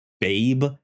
babe